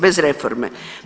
Bez reforme.